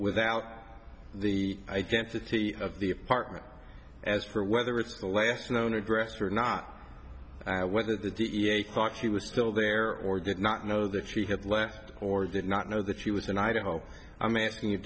without the identity of the apartment as for whether it's the last known address or not whether the d e a s caught she was still there or did not know that she had left or did not know that she was in idaho i'm asking you